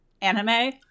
anime